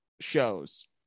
shows